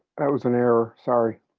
was an error. sorry.